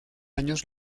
años